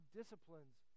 disciplines